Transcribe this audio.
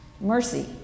mercy